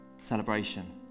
celebration